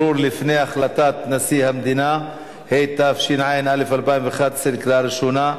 אם החייב לא ביצע את פסק-הדין בתוך התקופה שנקבעה באזהרה,